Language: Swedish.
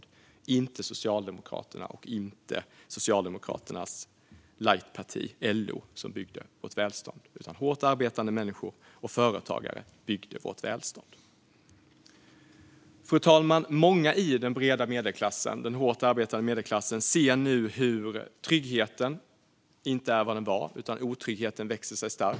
Det var inte Socialdemokraterna och inte Socialdemokraternas lightparti, LO, som byggde vårt välstånd. Det gjorde hårt arbetande människor och företagare. Fru talman! Många i den breda, hårt arbetande medelklassen ser nu att tryggheten inte är vad den var utan att otryggheten växer sig stark.